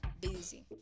busy